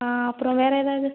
ஆ அப்புறம் வேறு ஏதாவது